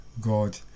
God